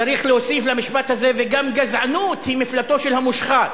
צריך להוסיף למשפט הזה: וגם גזענות היא מפלטו של המושחת.